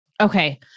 Okay